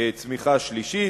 צמיחה שלילית.